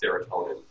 serotonin